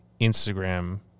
Instagram